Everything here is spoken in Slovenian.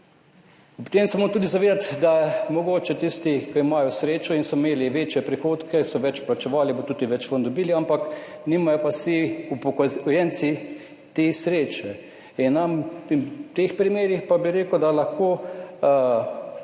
Ob tem se mora tudi zavedati, da mogoče tisti, ki imajo srečo in so imeli večje prihodke, so več plačevali, bodo tudi več ven dobili, ampak nimajo pa vsi upokojenci te sreče. V teh primerih pa bi rekel, da lahko,